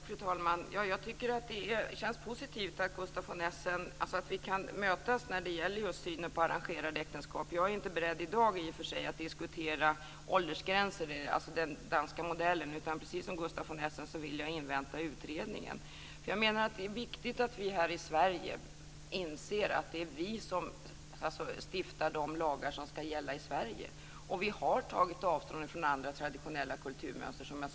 Fru talman! Jag tycker att det känns positivt att Gustaf von Essen och jag kan mötas när det gäller synen på arrangerade äktenskap. Jag är i och för sig inte beredd att i dag diskutera åldersgränser av den danska modellen, utan precis som Gustaf von Essen vill jag invänta utredningen. Jag menar att det är viktigt att vi här i Sverige inser att det är vi som stiftar de lagar som ska gälla här. Som jag sade tidigare har vi tagit avstånd från andra traditionella kulturmönster.